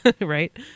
right